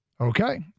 Okay